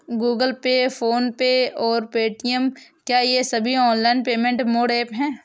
Google Pay PhonePe और Paytm क्या ये सभी ऑनलाइन पेमेंट मोड ऐप हैं?